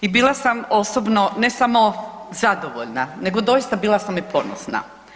I bila sa, osobno ne samo zadovoljna nego doista bila sam i ponosna.